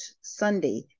Sunday